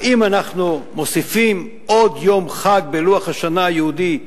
האם אנחנו מוסיפים עוד יום חג בלוח השנה היהודי,